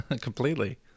Completely